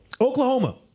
Oklahoma